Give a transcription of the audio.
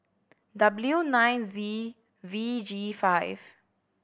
W nine Z V G five